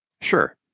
Sure